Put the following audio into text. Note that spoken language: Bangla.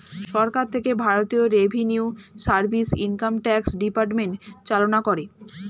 সরকার থেকে ভারতীয় revenue service, income tax department চালনা করে